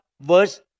verse